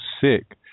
sick